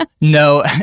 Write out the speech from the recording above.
no